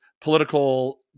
political